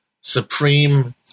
supreme